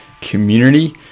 community